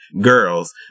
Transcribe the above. girls